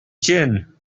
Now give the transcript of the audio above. gin